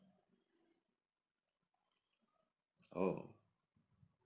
oh